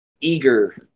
eager